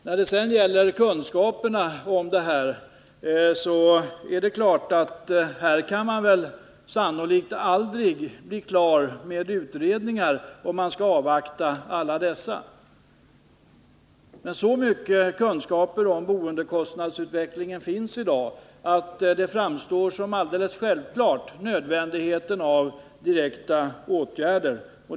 När det sedan gäller kunskaperna på området är det självfallet så att man aldrig kan bli klar om man skall avvakta alla utredningar. Men så mycket kunskaper om boendekostnadsutvecklingen har man i dag att nödvändigheten av direkta åtgärder framstår som något alldeles särskilt självklart.